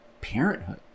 parenthood